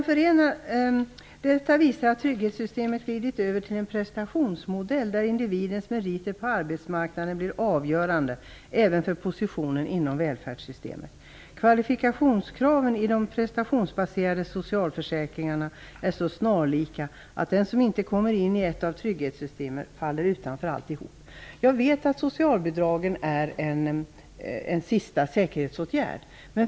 Fru talman! Trygghetssystemet har glidit över till en prestationsmodell där individens meriter på arbetsmarknaden blir avgörande även för positionen inom välfärdssystemet. Kvalifikationskraven i de prestationsbaserade socialförsäkringarna är så snarlika att den som inte kommer in i ett av trygghetssystemen faller utanför allihop. Jag vet att socialbidragen är en sista säkerhetsåtgärd.